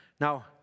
now